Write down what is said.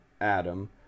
Adam